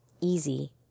easy